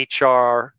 HR